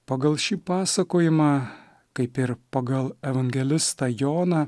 pagal šį pasakojimą kaip ir pagal evangelistą joną